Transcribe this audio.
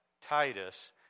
Titus